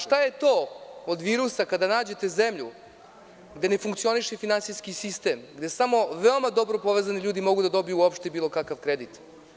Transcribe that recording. Šta je to od virusa kada nađete zemlju gde ne funkcioniše finansijski sistem, gde samo veoma dobro povezani ljudi mogu da dobiju uopšte bilo kakav kredit.